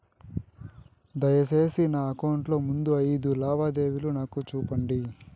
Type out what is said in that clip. దయసేసి నా అకౌంట్ లో ముందు అయిదు లావాదేవీలు నాకు చూపండి